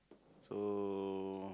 so